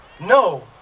No